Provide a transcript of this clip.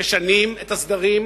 משנים את הסדרים,